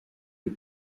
les